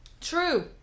True